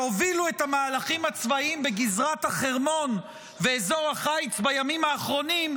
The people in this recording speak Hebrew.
שהובילו את המהלכים הצבאיים בגזרת החרמון ואזור החיץ בימים האחרונים,